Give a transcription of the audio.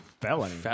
Felony